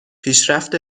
پیشرفت